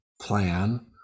plan